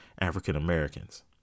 African-Americans